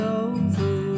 over